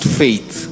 faith